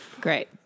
Great